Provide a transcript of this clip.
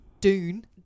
Dune